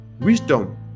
wisdom